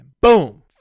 Boom